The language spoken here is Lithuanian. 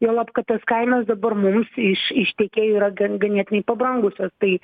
juolab kad tos kainos dabar mums iš iš tiekėjų yra ganėtinai pabrangusios tai